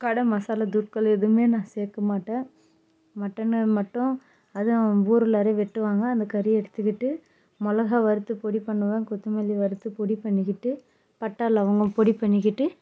கடை மசாலா துக்கள் எதுவுமே நான் சேர்க்க மாட்டேன் மட்டனை மட்டும் அதுவும் ஊரில் வெட்டுவாங்க அந்த கறியை எடுத்துக்கிட்டு மிளகா வறுத்து பொடி பண்ணுவேன் கொத்தமல்லி வறுத்து பொடி பண்ணிக்கிட்டு பட்டை லவங்கம் பொடி பண்ணிக்கிட்டு